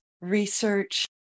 research